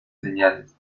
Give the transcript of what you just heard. señales